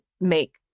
make